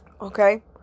Okay